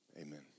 Amen